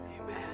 Amen